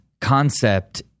concept